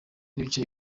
n’ibice